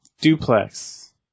duplex